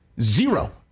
Zero